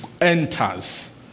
enters